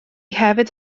hefyd